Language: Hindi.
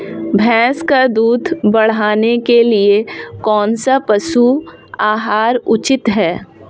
भैंस का दूध बढ़ाने के लिए कौनसा पशु आहार उचित है?